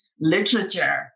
literature